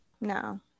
No